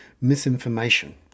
misinformation